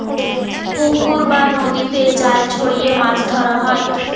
পুকুর বা নদীতে জাল ছড়িয়ে মাছ ধরা হয়